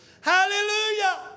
Hallelujah